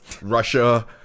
Russia